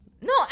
no